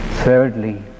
Thirdly